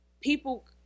people